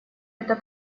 эта